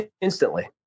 instantly